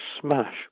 smash